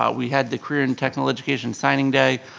um we had the career and technical education signing day,